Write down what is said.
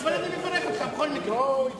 אבל אני מברך אותך בכל מקרה.